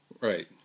Right